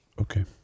Okay